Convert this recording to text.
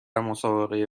مسابقه